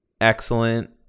excellent